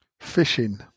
fishing